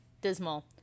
dismal